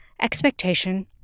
expectation